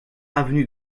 avenue